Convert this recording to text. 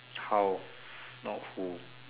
how not who